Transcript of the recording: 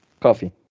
Coffee